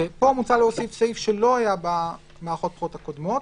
פה מוצע להוסיף סעיף שלא היה במערכות הבחירות הקודמות,